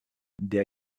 der